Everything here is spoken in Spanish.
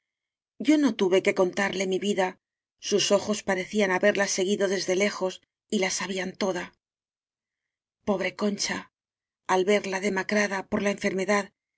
yo no tuve que contarle mi vida sus ojos parecían ha berla seguido desde lejos y la sabían toda pobre concha al verla demacrada por la enfermedad